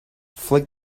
flick